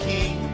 King